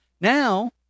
Now